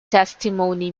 testimony